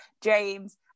James